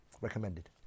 recommended